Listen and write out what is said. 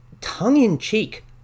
tongue-in-cheek